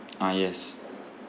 ah yes